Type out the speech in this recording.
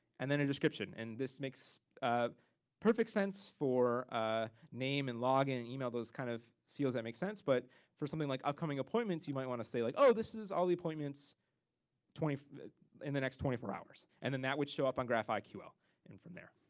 and then a description, and this makes perfect sense for ah name and log in and email, those kind of fields that make sense. but for something like upcoming appointments, you might wanna say, like, oh this is all the appointments in the next twenty four hours. and then that would show up on graphiql and from there.